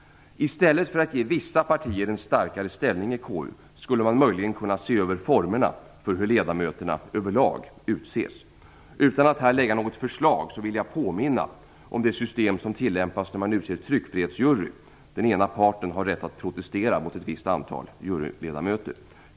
I stället för att ge vissa partier en starkare ställning i KU skulle man möjligen kunna se över formerna för hur ledamöterna över lag utses. Utan att här lägga fram något förslag vill jag påminna om det system som tillämpas när man utser tryckfrihetsjury - den ena parten har då rätt att protestera mot ett visst antal juryledamöter.